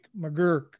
McGurk